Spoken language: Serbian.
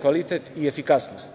kvalitet i efikasnost.